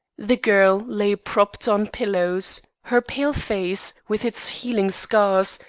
the girl lay propped on pillows her pale face, with its healing scars,